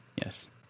Yes